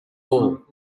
ball